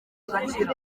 agakira